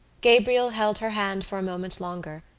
gabriel held her hand for a moment longer,